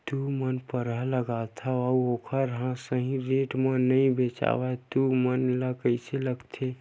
तू मन परहा लगाथव अउ ओखर हा सही रेट मा नई बेचवाए तू मन ला कइसे लगथे?